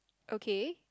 okay